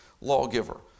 lawgiver